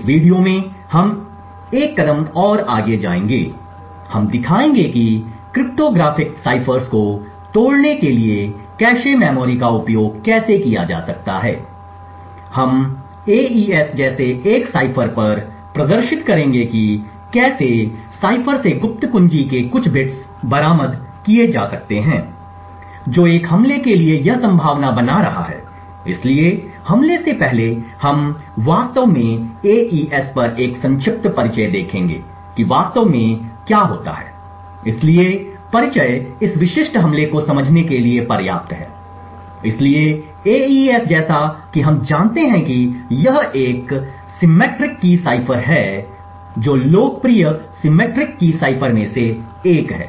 इस वीडियो में हम इसे एक कदम आगे ले जाएंगे हम दिखाएंगे कि क्रिप्टोग्राफिक साइफर्स को तोड़ने के लिए कैश मेमोरी का भी उपयोग कैसे किया जा सकता है हम एईएस जैसे एक साइफर पर प्रदर्शित करेंगे कि कैसे साइफर से गुप्त कुंजी के कुछ बिट्स बरामद किए जा सकते हैं जो एक हमले के लिए यह संभावना बना रहा है इसलिए हमले से पहले हम वास्तव में एईएस पर एक संक्षिप्त परिचय देखेंगे कि वास्तव में क्या होता है इसलिए परिचय इस विशिष्ट हमले को समझने के लिए पर्याप्त है इसलिए एईएस जैसा कि हम जानते हैं कि यह एक सममित कुंजी साइफर है जो लोकप्रिय सममित कुंजी साइफर में से एक है